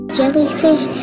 jellyfish